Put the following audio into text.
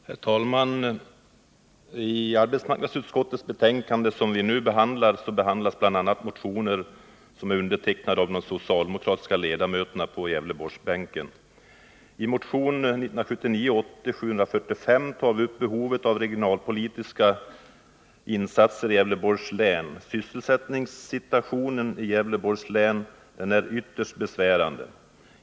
Herr talman! I arbetsmarknadsutskottets betänkande nr 23 behandlas bl.a. motioner som undertecknats av de socialdemokratiska ledamöterna på Gävleborgsbänken. I motion 1979/80:745 tar vi upp behovet av regionalpolitiska insatser i Gävleborgs län. Sysselsättningssituationen i Gävleborgs län är ytterst besvärande.